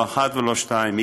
לא אחת ולא שתיים,